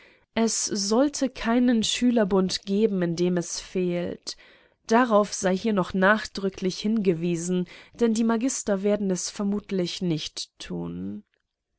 es sollte keinen schülerbund geben in dem es fehlt darauf sei hier noch nachdrücklich hingewiesen denn die magister werden es vermutlich nicht tun